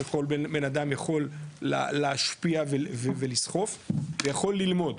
שכל בנאדם יכול להשפיע ולסחוף ויכול ללמוד,